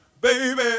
baby